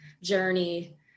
journey